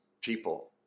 people